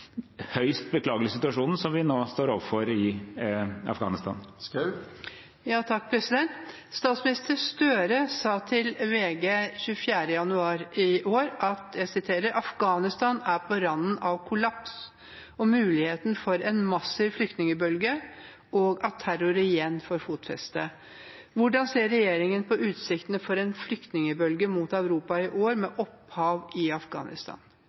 høyst beklagelige situasjonen som vi nå står overfor i Afghanistan. Statsminister Støre sa til VG 24. januar i år at «Afghanistan er på randen av kollaps, og muligheten for en massiv flyktningbølge, og at terror igjen får fotfeste». Hvordan ser regjeringen på utsiktene for en flyktningbølge mot Europa i år med opphav i Afghanistan?